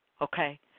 okay